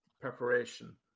preparation